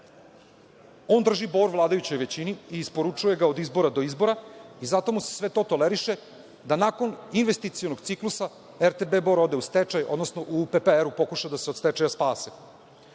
On drži Bor vladajućoj većini i isporučuje ga od izbora do izbora i zato mu se sve to toleriše da nakon investicionog ciklusa RTB Bor ode u stečaj, odnosno u pokušaju da se od stečaja spase. Isto